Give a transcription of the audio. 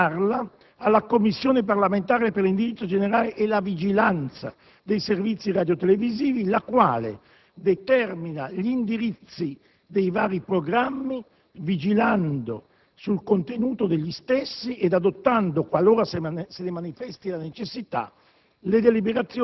per assegnarla alla Commissione parlamentare per l'indirizzo generale e la vigilanza dei servizi radiotelevisivi, la quale determina gli indirizzi dei vari programmi vigilando sul contenuto degli stessi ed adottando, qualora se ne manifesti la necessità,